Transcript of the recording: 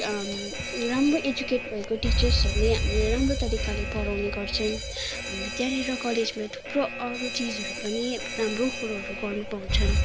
राम्रो एडुकेट भएको टिचर्सहरूले हामीलाई राम्रो तरिकाले पढाउने गर्छन् हामीले त्यहाँनिर कलेजमा थुप्रो अरू चिजहरू पनि राम्रो कुरोहरू गर्न पाउँछन्